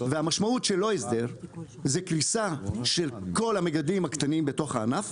המשמעות של לא הסדר זה קריסה של כל המגדלים הקטנים בתוך הענף,